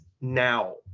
now